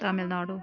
Tamil Nadu